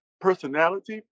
personality